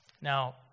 Now